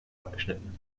abgeschnitten